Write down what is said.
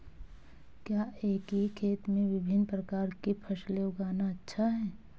क्या एक ही खेत में विभिन्न प्रकार की फसलें उगाना अच्छा है?